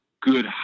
good